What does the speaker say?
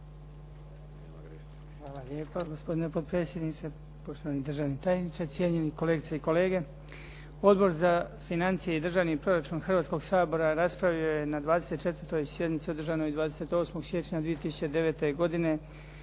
Hvala lijepa. Gospodine potpredsjedniče, poštovani državni tajniče, cijenjeni kolegice i kolege. Odbor za financije i državni proračun Hrvatskog sabora raspravio je na 24. sjednici održanoj 28. siječnja 2009. godine